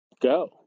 go